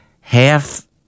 half